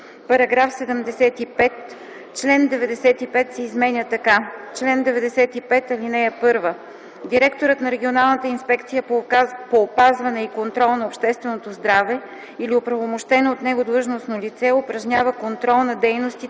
„§ 75. Член 95 се изменя така: „Чл. 95. (1) Директорът на регионалната инспекция по опазване и контрол на общественото здраве или оправомощено от него длъжностно лице упражнява контрол на дейностите